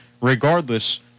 regardless